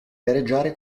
gareggiare